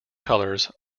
colors